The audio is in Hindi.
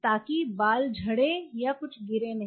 ताकि बाल झड़ें या कुछ गिरें नहीं